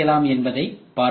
என்பதை பார்ப்போம்